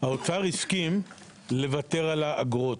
האוצר הסכים לוותר על האגרות.